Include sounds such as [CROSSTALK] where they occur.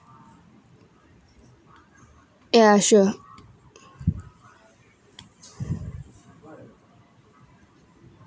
ya sure [BREATH]